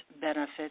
benefits